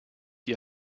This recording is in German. die